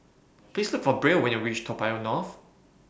Please Look For Brielle when YOU REACH Toa Payoh North